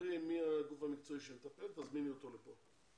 תבררי מי הגוף המקצועי שמטפל בהם ותזמיני אותו לכאן.